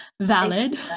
Valid